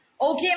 Okay